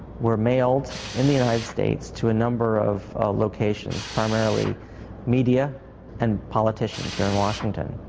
were mailed in the united states to a number of locations, primarily media and politicians here in washington.